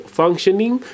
functioning